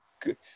good